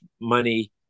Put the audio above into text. money